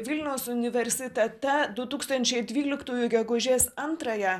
vilniaus universitete du tūkstančiai dvylikaųjų gegužės antrąją